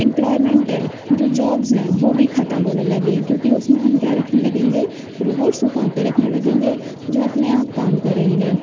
employment है जो jobs हैं वो भी खत्म होने लगे हैं क्योंकि उसमें हम क्या रखने लगेंगे रोबोट्स को काम पे रखने लगेंगे जो अपने आप काम करेंगे